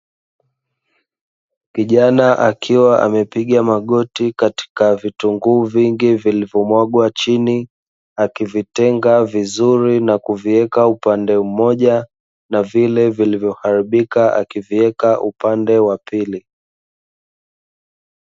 Kijana akiwa amepiga magoti katika vitunguu vingi vilivyomwaga chini, akivitenga vizuri na kuviweka upande mmoja na vile vilivyoharibika akiviweka upande wa pili.